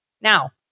Now